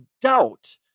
doubt